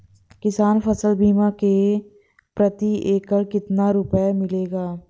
किसान फसल बीमा से प्रति एकड़ कितना रुपया मिलेगा?